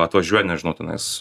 atvažiuoja nežinau tenais